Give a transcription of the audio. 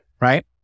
right